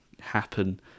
happen